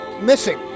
missing